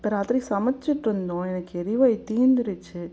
இப்போ இராத்திரி சமைச்சுகிட்ருந்தோம் எனக்கு எரிவாயு தீர்ந்துருச்சு